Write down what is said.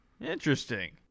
Interesting